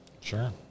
Sure